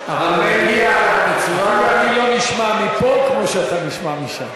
אבל --- אני לא נשמע מפה כמו שאתה נשמע משם.